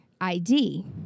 ID